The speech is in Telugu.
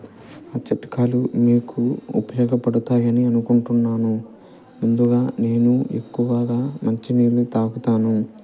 ఆ చిట్కాలు మీకు ఉపయోగపడతాయని అనుకుంటున్నాను ముందుగా నేను ఎక్కువగా మంచినీళ్ళు తాగుతాను